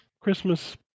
Christmas